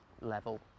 level